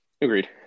Agreed